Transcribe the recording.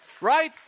Right